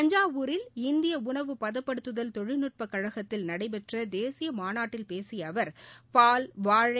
தஞ்சாவூரில் இந்திய உணவுபதப்படுத்துதல் தொழில்நுட்ப கழகத்தில் நடைபெற்ற தேசிய மாநாட்டில் பேசிய அவர் பால் வாழை